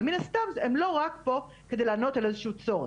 אבל מן הסתם הם לא פה רק כדי לענות לנו על איזה שהוא צורך,